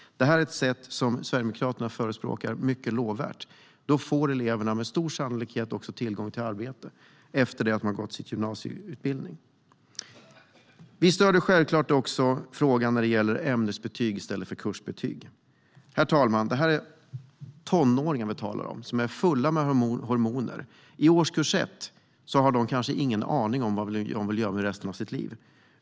Det är ett sätt Sverigedemokraterna förespråkar. Det är mycket lovvärt. Eleverna får med stor sannolikhet också tillgång till arbete efter att de gått sin gymnasieutbildning. Vi stöder självklart också frågan när det gäller ämnesbetyg i stället för kursbetyg. Det är tonåringar vi talar om, herr talman. De är fulla med hormoner, och i årskurs 1 har de kanske ingen aning om vad de vill göra med resten av sina liv.